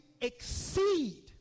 exceed